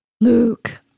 Luke